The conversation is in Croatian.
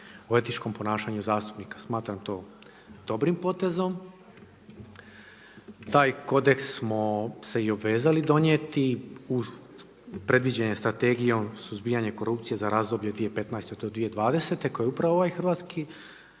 o etičkom ponašanju zastupnika. Smatram to dobrim potezom. Taj kodeks smo se i obvezali donijeti, predviđen je Strategijom suzbijanja korupcije za razdoblje 2015. do 2020. koju je upravo ovaj Hrvatski